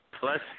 Plus